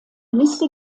liste